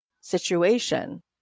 situation